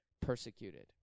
persecuted